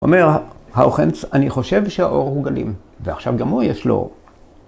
‫הוא אומר, האוחנס, אני חושב שהאור הוא גלים. ‫ועכשיו גם הוא יש לו...